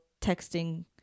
texting